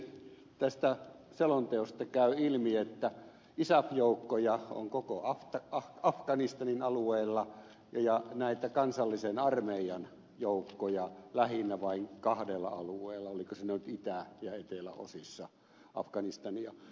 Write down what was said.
tästä selonteosta käy ilmi että isaf joukkoja on koko afganistanin alueella ja näitä kansallisen armeijan joukkoja lähinnä vain kahdella alueella oliko se nyt itä ja eteläosissa afganistania